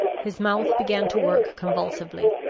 his mouth began to work convulsively.